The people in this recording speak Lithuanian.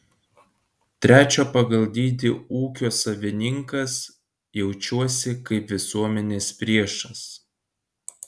trečio pagal dydį ūkio savininkas jaučiuosi kaip visuomenės priešas